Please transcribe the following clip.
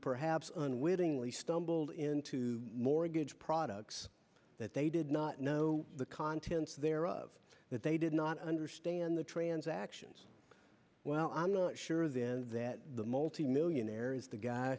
perhaps unwittingly stumbled into mortgage products that they did not know the contents thereof that they did not understand the transactions well i'm not sure then that the multi millionaire is the guy